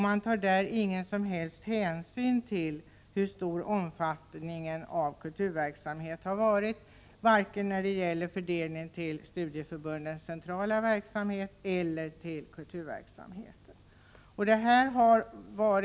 Man tar där ingen som helst hänsyn till omfattningen av kulturverksamheten vare sig när det gäller fördelningen till studieförbundens centrala verksamhet eller när det gäller fördelningen till kulturverksamheten.